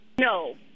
No